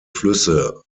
flüsse